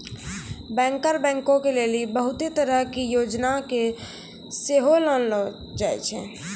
banker बैंको के लेली बहुते तरहो के योजना के सेहो लानलो जाय छै